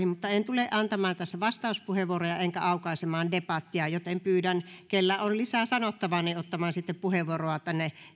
mutta en tule antamaan tässä vastauspuheenvuoroja enkä aukaisemaan debattia joten pyydän kellä on lisää sanottavaa niin ottamaan sitten puheenvuoroa tänne